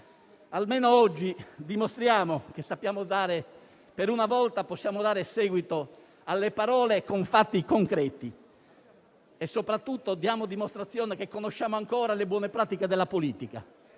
Almeno oggi, dimostriamo che per una volta possiamo dare seguito alle parole con fatti concreti, e soprattutto diamo dimostrazione di conoscere ancora le buone pratiche della politica.